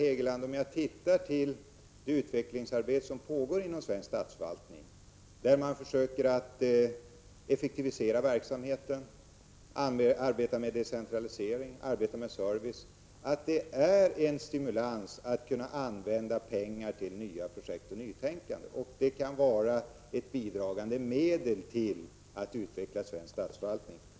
I det utvecklingsarbete som pågår inom svensk statsförvaltning där man försöker att effektivisera verksamheten samt arbeta med decentralisering och service är det en stimulans att kunna använda pengar till nya projekt och nytänkande. Detta kan bidra till att utveckla svensk statsförvaltning.